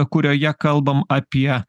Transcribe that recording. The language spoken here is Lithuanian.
kurioje kalbam apie